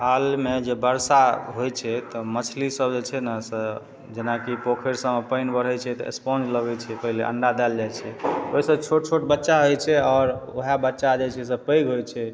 हालमे जे बरसा होइ छै तऽ मछली सभ जे छै ने से जेनाकि पोखरि सभमे पानि बढ़य छै तऽ स्पंज लगय छै पहिले अण्डा देल जाइ छै ओइसँ छोट छोट बच्चा होइ छै आओर वएह बच्चा जे छै से पैघ होइ छै